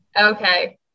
okay